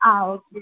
yes okay